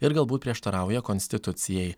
ir galbūt prieštarauja konstitucijai